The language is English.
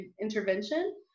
intervention